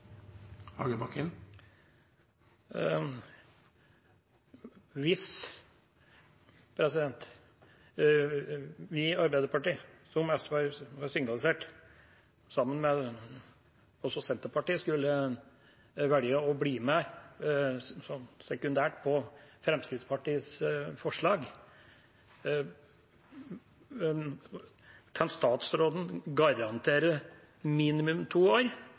Hvis vi i Arbeiderpartiet, som også SV har signalisert, sammen med Senterpartiet, skulle velge å bli med sekundært på Fremskrittspartiets forslag, kan statsråden garantere minimum to år?